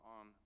on